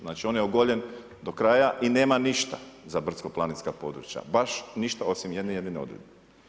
Znači on je ogoljen do kraja i nema ništa za brdsko planinska područja, baš ništa osim jedne jedine odredbe.